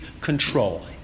control